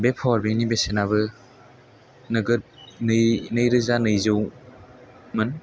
बे पावार बेंक नि बेसेनाबो नोगोद नै रोजा नैजौमोन